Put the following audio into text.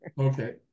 Okay